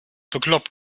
bekloppt